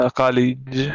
college